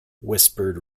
whispered